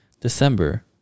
december